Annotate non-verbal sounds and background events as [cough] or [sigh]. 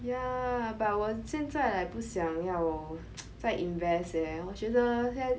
ya but 我现在 like 不想要 [noise] 再 invest eh 我觉得